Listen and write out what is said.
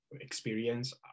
experience